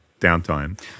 downtime